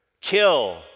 kill